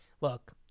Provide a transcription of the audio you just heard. look